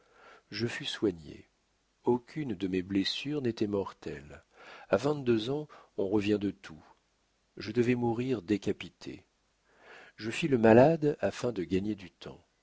je fus soigné aucune de mes blessures n'était mortelle a vingt-deux ans on revient de tout je devais mourir décapité je fis le malade afin de gagner du temps